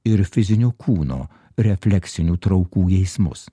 ir fizinio kūno refleksinių traukų geismus